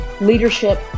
leadership